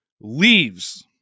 leaves